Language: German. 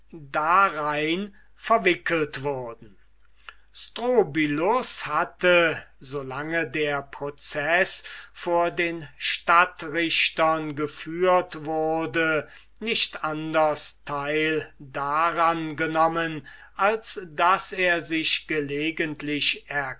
darein verwickelt wurden strobylus hatte so lange der proceß vor den stadtrichtern geführt wurde nicht anders teil daran genommen als daß er sich gelegenheitlich